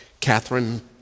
Catherine